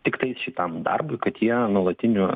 tiktai šitam darbui kad jie nuolatiniu